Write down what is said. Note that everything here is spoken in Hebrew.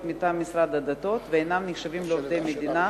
מטעם משרד הדתות ואינם נחשבים לעובדי מדינה,